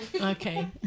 Okay